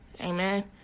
amen